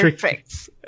tricks